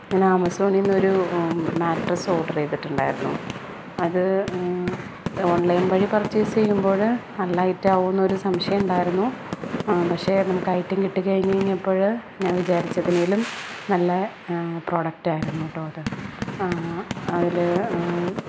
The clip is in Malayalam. ഞാൻ ആമസോണിൽ നിന്ന് ഒരു മാട്രസ് ഓഡറ് ചെയ്തിട്ടുണ്ടായിരുന്നു അത് ഓണ്ലൈന് വഴി പര്ച്ചേസ് ചെയ്യുമ്പോൾ നല്ല അയിട്ടം ആവുമോ എന്നൊരു സംശയം ഉണ്ടായിരുന്നു പക്ഷെ നമ്മൾക്ക് ഐറ്റം കിട്ടി കഴിഞ്ഞ് കഴിഞ്ഞപ്പോൾ ഞാന് വിചാരിച്ചതിലും നല്ല പ്രൊഡക്റ്റായിരുന്നു കേട്ടോ അത് അതിൽ